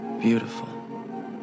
beautiful